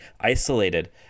isolated